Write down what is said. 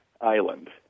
island